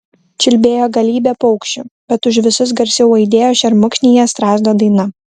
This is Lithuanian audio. čiulbėjo galybė paukščių bet už visus garsiau aidėjo šermukšnyje strazdo daina